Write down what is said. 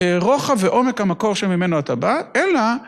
רוחב ועומק המקור שממנו אתה בא, אלא